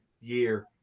year